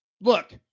look